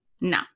No